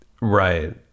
Right